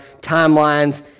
timelines